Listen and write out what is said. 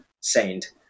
saint